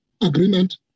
agreement